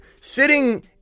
sitting